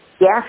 yes